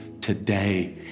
today